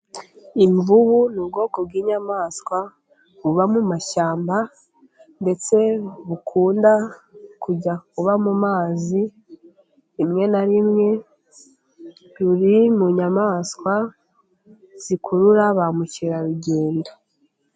Imvubu ni ubwoko bw'inyamaswa buba mu mashyamba. Ndetse bukunda kujya kuba mu mazi rimwe na rimwe. Buri mu nyamaswa zikurura ba mukerarugendo.